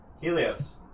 Helios